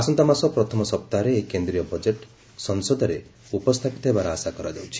ଆସନ୍ତାମାସ ପ୍ରଥମ ସପ୍ତାହରେ ଏହି କେନ୍ଦୀୟ ବଜେର୍ଟ୍ ସଂସଦରେ ଉପସ୍ରାପିତ ହେବାର ଆଶାା କରାଯାଉଛି